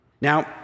Now